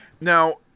Now